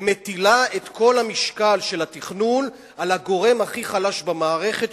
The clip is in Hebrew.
ומטילה את כל המשקל של התכנון על הגורם הכי חלש במערכת,